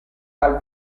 dal